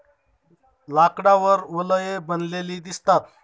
लाकडावर वलये बनलेली दिसतात